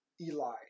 Eli